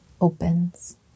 opens